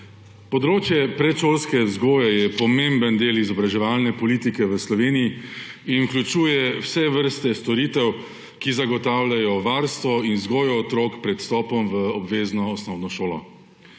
Področje predšolske vzgoje je pomemben del izobraževalne politike v Sloveniji in vključuje vse vrste storitev, ki zagotavljajo varstvo in vzgojo otrok pred vstopom v obvezno osnovno šolo.